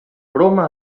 broma